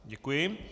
Děkuji.